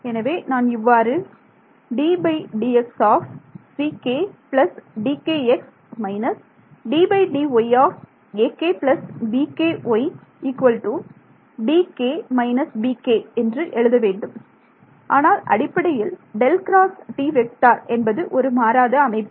எனவே நான் இவ்வாறு எழுத வேண்டும் ஆனால் அடிப்படையில் ∇× T என்பது ஒரு மாறாத அமைப்பு